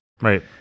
Right